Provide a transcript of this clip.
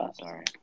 Sorry